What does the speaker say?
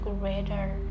greater